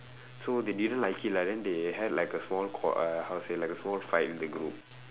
so they didn't like it lah then they had like a small qua~ uh how to say like a small fight in the group